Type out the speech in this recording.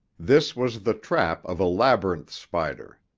this was the trap of a labyrinth spider.